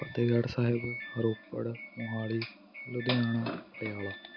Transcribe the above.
Fatehgarh Sahib Ropar Mohali Ludhiana Patiala